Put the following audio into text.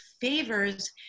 favors